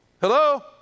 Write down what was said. Hello